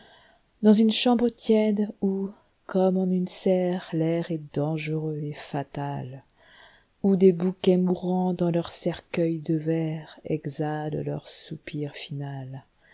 dans une chambre tiède où comme en une serre l'air est dangereux et fatal où des bouquets mourants dans leurs cercueils de veire exhalent leur soupir final